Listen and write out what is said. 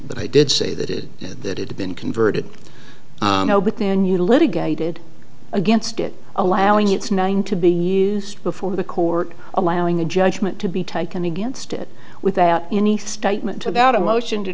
but i did say that it that had been converted but then you litigated against it allowing its nine to be used before the court allowing a judgment to be taken against it without any statement about a motion to